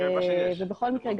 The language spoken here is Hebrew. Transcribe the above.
בכל מקרה,